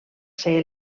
ser